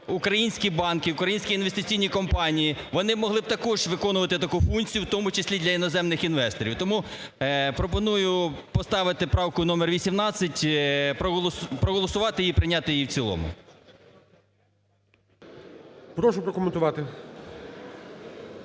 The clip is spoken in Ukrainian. українські банки, українські інвестиційні компанії. Вони могли б також виконувати таку функцію, в тому числі для іноземних інвесторів. Тому пропоную поставити правку номер 18, проголосувати її і прийняти її в цілому. ГОЛОВУЮЧИЙ. Прошу прокоментувати.